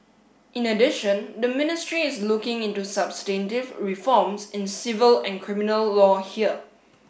in addition the ministry is looking into substantive reforms in civil and criminal law here